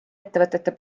ettevõtete